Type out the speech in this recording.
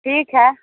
ٹھیک ہے